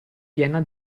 piena